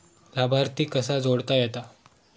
लाभार्थी कसा जोडता येता?